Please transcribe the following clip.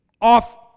off